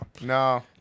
No